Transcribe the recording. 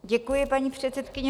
Děkuji, paní předsedkyně.